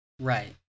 Right